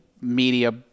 media